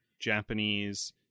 Japanese